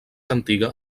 antiga